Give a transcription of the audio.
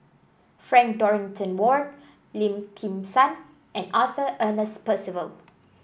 Frank Dorrington Ward Lim Kim San and Arthur Ernest Percival